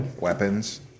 weapons